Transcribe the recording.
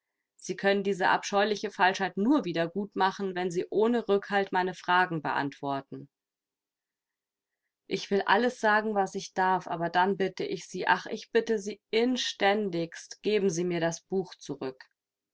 sie können diese abscheuliche falschheit nur wieder gut machen wenn sie ohne rückhalt meine fragen beantworten ich will alles sagen was ich darf aber dann bitte ich sie ach ich bitte sie inständigst geben sie mir das buch zurück